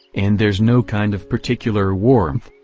and there's no kind of particular warmth.